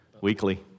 Weekly